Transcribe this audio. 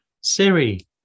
Siri